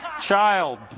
Child